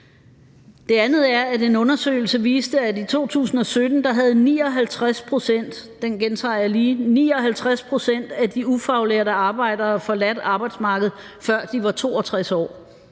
Det andet er, at en undersøgelse viste, at i 2017 havde 59 pct. – den gentager jeg lige: 59 pct. – af de ufaglærte arbejdere forladt arbejdsmarkedet, før de var 62 år.